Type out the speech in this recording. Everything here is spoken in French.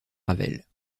ravel